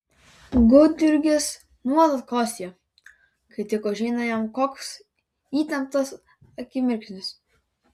gudjurgis nuolat kosėja kai tik užeina jam koks įtemptas akimirksnis